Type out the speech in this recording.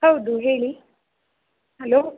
ಹೌದು ಹೇಳಿ ಹಲೋ